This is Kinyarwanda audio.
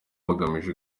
bagamije